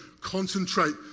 concentrate